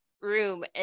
room